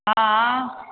हँ